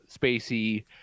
spacey